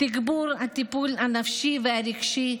תגבור הטיפול הנפשי והרגשי,